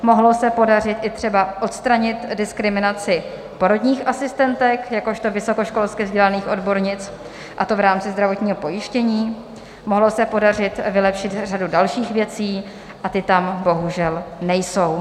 Mohlo se podařit i třeba odstranit diskriminaci porodních asistentek jakožto vysokoškolsky vzdělaných odbornic, a to v rámci zdravotního pojištění, mohlo se podařit vylepšit řadu dalších věcí, a ty tam bohužel nejsou.